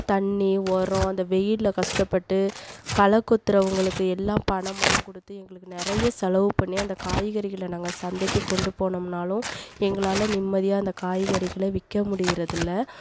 தண்ணி உரோம் இந்த வெயிலை கஷ்டப்பட்டு களை கொத்துறவங்களுக்கு எல்லாம் பணம்லாம் கொடுத்து எங்களுக்கு நிறைய செலவு பண்ணி அந்த காய்கறிகளை நாங்கள் சந்தைக்கு கொண்டு போனோம்னாலும் எங்களாலே நிம்மதியாக அந்த காய்கறிகளை விற்க முடியறதுல்ல